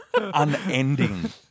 unending